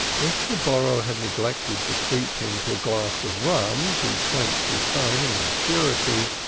if the borrower had neglected to treat him to a glass of rum to clench his signing as surety,